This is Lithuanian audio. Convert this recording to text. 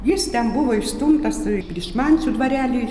jis ten buvo išstumtas į pryšmančių dvarelį